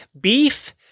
beef